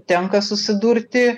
tenka susidurti